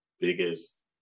Biggest